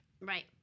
Right